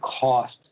cost